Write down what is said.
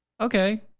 Okay